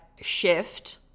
shift